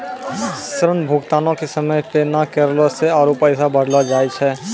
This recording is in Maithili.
ऋण भुगतानो के समय पे नै करला से आरु पैसा बढ़लो जाय छै